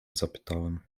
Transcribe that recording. zapytałem